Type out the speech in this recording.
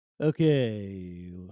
Okay